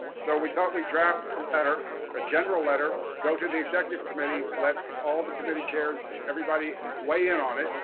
so we thought we draft better a general letter, go to the executive committee let all the committee chairs. everybody weigh in on it.